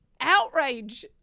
outrage